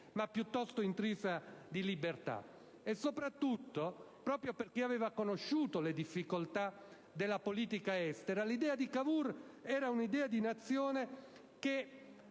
ma piuttosto di libertà. E soprattutto, proprio perché aveva conosciuto le difficoltà della politica estera, l'idea di nazione di Cavour